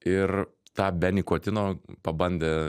ir tą be nikotino pabandę